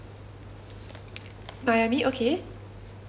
miami okay